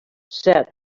set